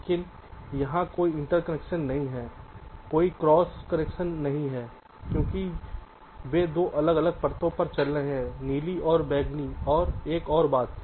लेकिन यहां कोई इंटरकनेक्शन नहीं है कोई क्रॉस कनेक्शन नहीं है क्योंकि वे दो अलग अलग परतों पर चल रहे हैं नीले और बैंगनी और एक और बात